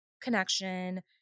connection